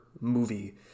movie